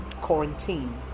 Quarantine